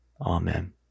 Amen